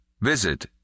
Visit